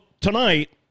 tonight